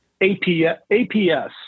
APS